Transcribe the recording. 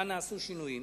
כאן נעשו שינויים.